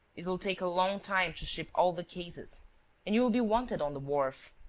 it will take a long time to ship all the cases and you will be wanted on the wharf.